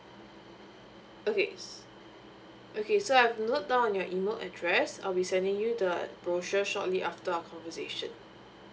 okay okay so I've note down on your email address I will be sending you the brochure shortly after our conversation